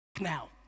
now